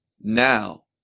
now